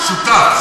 שותף.